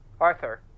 Arthur